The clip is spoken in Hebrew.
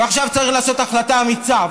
ועכשיו צריך לעשות החלטה אמיצה,